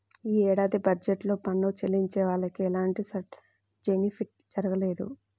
యీ ఏడాది బడ్జెట్ లో పన్ను చెల్లించే వాళ్లకి ఎలాంటి బెనిఫిట్ జరగలేదు